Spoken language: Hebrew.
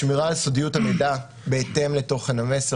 שמירה על סודיות המידע בהתאם לתוכן המסר